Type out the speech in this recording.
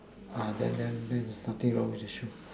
then then nothing wrong with the shoe